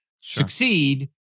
succeed